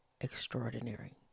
extraordinary